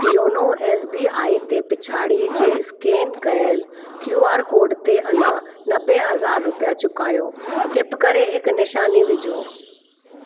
YONO S B I ते पिछाड़ीअ जे स्केन कयल क्यू आर कोड ते अञा नबे हज़ार रुपिया चुकायो टिप करे हिकु निशानी विझो